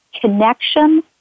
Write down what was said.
connection